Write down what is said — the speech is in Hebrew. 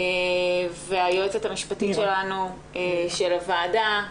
והיועצת המשפטית שלנו, של הוועדה.